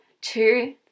two